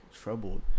troubled